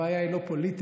הבעיה היא לא פוליטית.